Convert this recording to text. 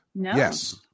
yes